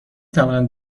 توانند